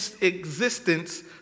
existence